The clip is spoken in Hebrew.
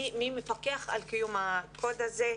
מפקח על קיום הקוד הזה.